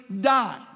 die